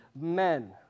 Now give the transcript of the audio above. men